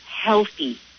healthy